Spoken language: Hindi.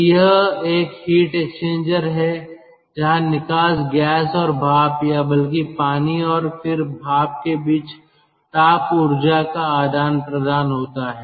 तो यह एक हीट एक्सचेंजर है जहां निकास गैस और भाप या बल्कि पानी और फिर भाप के बीच ताप ऊर्जा का आदान प्रदान होता है